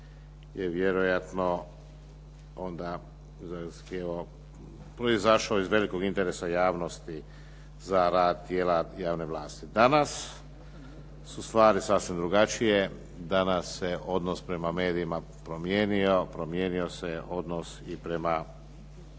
zahtijevao, proizašao iz velikog interesa javnosti za rad tijela javne vlasti. Danas su stvari sasvim drugačije. Danas se odnos prema medijima promijenio, promijenio se odnos i prema